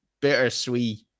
bittersweet